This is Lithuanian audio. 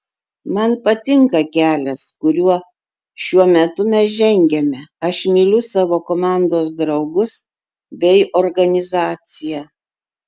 man patinka kelias kuriuo šiuo metu mes žengiame aš myliu savo komandos draugus bei organizaciją